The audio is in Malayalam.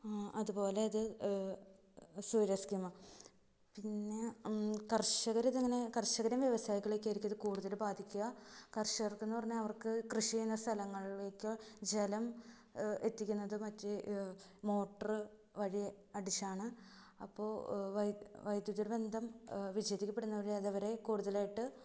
അതുപോലെ അത് സൂര്യാ സ്കീം പിന്നെ കര്ഷകര് ഇതങ്ങനെ കര്ഷകരെയും വ്യവസായികളെയൊക്കെയായിരിക്കും ഇത് കൂടുതല് ബാധിക്കുക കര്ഷകര്ക്കെന്നു പറഞ്ഞാല് അവര്ക്ക് കൃഷി ചെയ്യുന്ന സ്ഥലങ്ങളിലേക്ക് ജലം എത്തിക്കുന്നത് മറ്റ് മോട്ടോര് വഴി അടിച്ചാണ് അപ്പോള് വൈദ്യുതി ബന്ധം വിച്ഛേദിക്കപ്പെടുന്ന വഴി അതവരെ കൂടുതലായിട്ട്